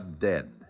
dead